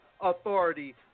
authority